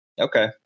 Okay